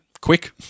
quick